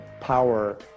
power